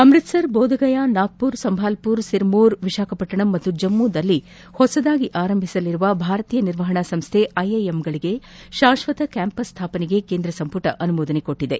ಅಮ್ಬತ್ಸರ್ ಬೋಧ್ಗಯಾ ನಾಗ್ಬುರ್ ಸಂಬಾಲ್ಪುರ್ ಸಿರಿಮೋರ್ ವಿಶಾಖಪಟ್ವಣಂ ಮತ್ತು ಜಮ್ಮುವಿನಲ್ಲಿ ಹೊಸದಾಗಿ ಆರಂಭಿಸಲಿರುವ ಭಾರತೀಯ ನಿರ್ವಹಣಾ ಸಂಸ್ಡೆ ಐಐಎಂಗಳಿಗೆ ಶಾಶ್ವತ ಕ್ಯಾಂಪಸ್ ಸ್ಡಾಪನೆಗೆ ಕೇಂದ್ರ ಸಂಪುಟ ಅನುಮೋದನೆ ನೀಡಿದೆ